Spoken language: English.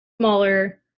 smaller